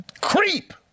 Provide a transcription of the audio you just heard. creep